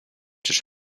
czyż